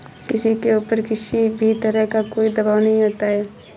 किसी के ऊपर किसी भी तरह का कोई दवाब नहीं होता है